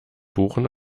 buchen